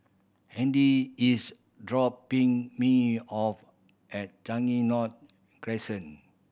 Hedy is dropping me off at Changi North Crescent